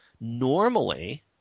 normally